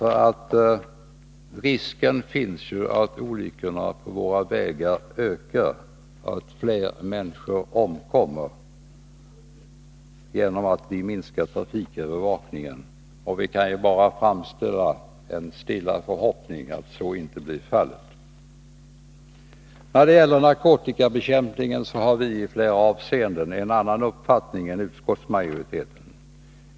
Risken finns ju att olyckorna på våra vägar ökar, att fler människor omkommer genom att vi minskar trafikövervakningen. Vi kan bara framföra en stilla förhoppning om att så inte blir fallet. När det gäller narkotikabekämpningen har vi i flera avseenden en annan uppfattning än utskottsmajoriteten.